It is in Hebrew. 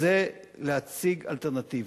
זה להציג אלטרנטיבה.